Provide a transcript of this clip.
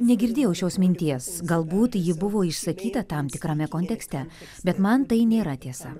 negirdėjau šios minties galbūt ji buvo išsakyta tam tikrame kontekste bet man tai nėra tiesa